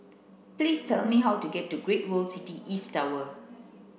please tell me how to get to Great World City East Tower